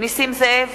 נסים זאב,